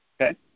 Okay